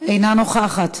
אינה נוכחת,